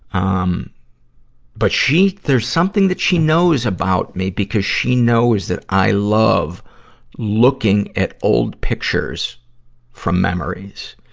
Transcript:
um but she, there's something that she knows about me because she knows that i love looking at old pictures from memories.